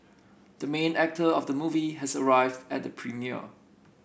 the main actor of the movie has arrived at the premiere